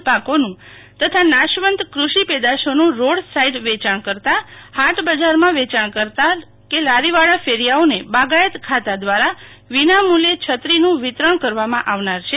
ફળ શાકભાજી અને કુલપાકોનું તથા નાશવંત કૃષિ પેદાશોનું રોડ સાઇડ વેયાણ કરતાહાટ બજારમાં વેચાણ કરતાંલારીવાળા કેરીયાઓને બાગાયત ખાતા ક્રારા વિનામુલ્યે છત્રીનું વિતરણ કરવામાં આવનાર છે